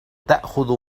تأخذ